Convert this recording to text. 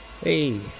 Hey